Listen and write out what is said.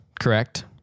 correct